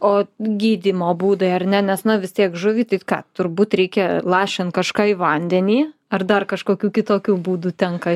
o gydymo būdai ar ne nes na vis tiek žuvį tai ką turbūt reikia lašint kažką į vandenį ar dar kažkokių kitokių būdų tenka